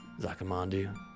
Zakamandu